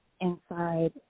inside